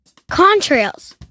Contrails